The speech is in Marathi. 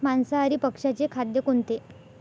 मांसाहारी पक्ष्याचे खाद्य कोणते?